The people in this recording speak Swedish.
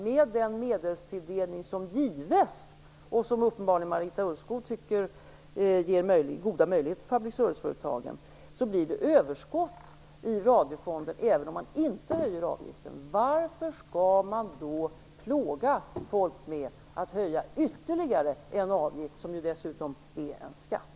Med den medelstilldelning som gives - och som Marita Ulvskog uppebarligen tycker ger public service-företagen goda möjligheter - blir det ett överskott i radiofonden, även om man inte höjer avgiften. Varför skall man då plåga folk med att höja ytterligare en avgift, som ju dessutom är en skatt?